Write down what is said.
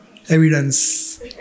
evidence